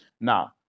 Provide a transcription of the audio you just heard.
Now